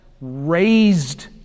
raised